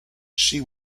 she